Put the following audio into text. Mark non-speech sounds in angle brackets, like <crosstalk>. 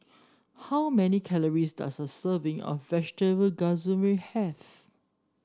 how many calories does a serving of Vegetable <unintelligible> have